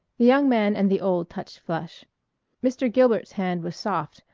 the young man and the old touched flesh mr. gilbert's hand was soft,